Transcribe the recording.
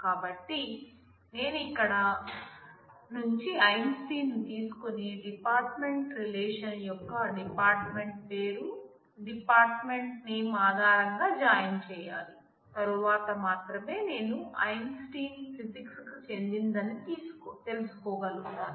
కాబట్టి నేను ఇక్కడ నుంచి ఐన్స్టీన్ ని తీసుకొని డిపార్ట్మెంట్ రిలేషన్ యొక్క డిపార్ట్మెంట్ పేరు dept name ఆధారంగా జాయిన్ చేయాలి తరువాత మాత్రమే నేను ఐన్స్టీన్ ఫిజిక్స్ కి చెందినదని తెలుసుకోగలుగుతాను